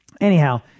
Anyhow